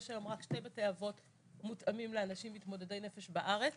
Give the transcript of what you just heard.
יש היום רק שתי בתי אבות מותאמים לאנשים מתמודדי נפש בארץ